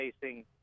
facing